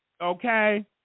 okay